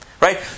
right